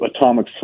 Atomic